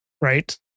Right